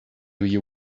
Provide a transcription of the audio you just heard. you